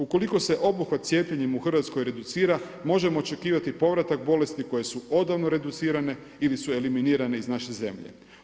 Ukoliko se … cijepljenjem u Hrvatskoj reducira možemo očekivati povratak bolesti koje su odavno reducirane ili su eliminirane iz naše zemlje.